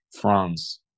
France